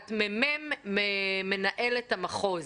את מ"מ מנהלת המחוז.